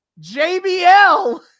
jbl